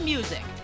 Music